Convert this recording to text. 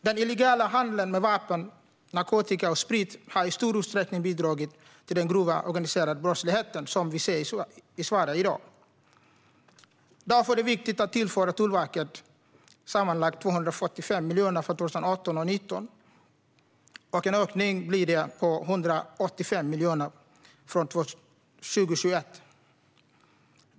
Den illegala handeln med vapen, narkotika och sprit har i stor utsträckning bidragit till den grova organiserade brottlighet som vi ser i Sverige i dag. Därför är det viktigt att tillföra Tullverket sammanlagt 245 miljoner för 2018 och 2019 och en ökning på 185 miljoner från 2021.